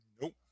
Nope